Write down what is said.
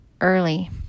early